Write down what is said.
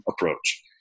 approach